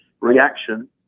reaction